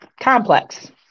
complex